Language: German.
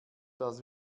das